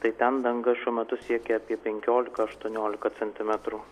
tai ten danga šiuo metu siekia apie penkiolika aštuoniolika centimetrų